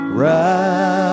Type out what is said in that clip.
right